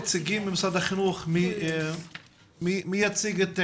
דפנה צין, מדריכה ארצית למיניות ומניעת פגיעה.